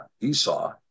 Esau